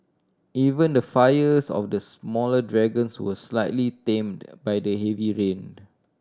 even the fires of the smaller dragons were slightly tamed by the heavy rain